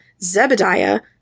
Zebediah